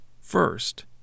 first